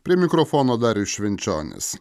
prie mikrofono darius švenčionis